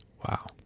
Wow